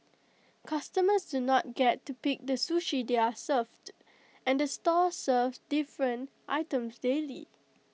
customers do not get to pick the sushi they are served and the store serves different items daily